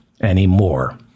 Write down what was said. anymore